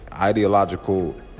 ideological